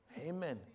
Amen